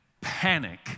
panic